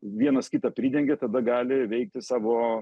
vienas kitą pridengia tada gali veikti savo